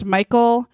Michael